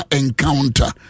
encounter